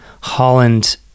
Holland